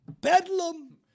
Bedlam